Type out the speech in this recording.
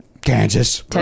Kansas